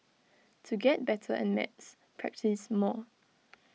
to get better at maths practise more